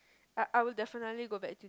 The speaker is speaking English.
I I will definitely go back